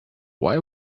why